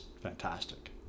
fantastic